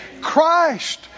Christ